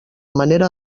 manera